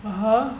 (uh huh)